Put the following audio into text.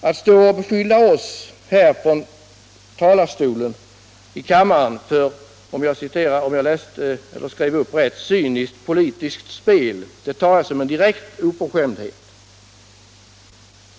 Att beskylla oss här i kammaren för —- om jag noterade rätt — cyniskt politiskt spel tar jag som en direkt oförskämdhet.